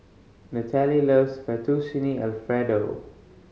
Nataly loves Fettuccine Alfredo